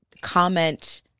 comment